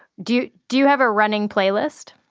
do do you have a running playlist?